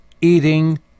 Eating